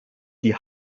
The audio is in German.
die